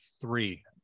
three